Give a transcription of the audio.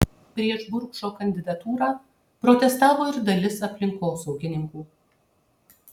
prieš burkšo kandidatūrą protestavo ir dalis aplinkosaugininkų